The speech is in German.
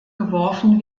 geworfen